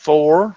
Four